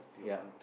yup